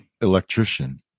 electrician